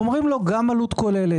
אומרים לו גם מה העלות הכוללת.